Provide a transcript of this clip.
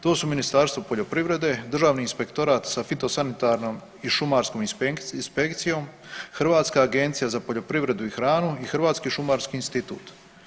To su Ministarstvo poljoprivrede, Državni inspektorat sa fitosanitarnom i šumarskom inspekcijom, Hrvatska agencija za poljoprivredu i hranu i Hrvatski šumarski institut.